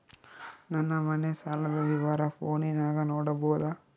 ನನ್ನ ಮನೆ ಸಾಲದ ವಿವರ ಫೋನಿನಾಗ ನೋಡಬೊದ?